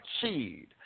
seed